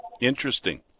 interesting